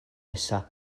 nesaf